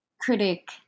critic